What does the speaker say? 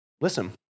Listen